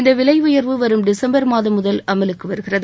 இந்த விலை உயர்வு வரும் டிசம்பர் மாதம் முதல் அமலுக்கு வருகிறது